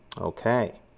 Okay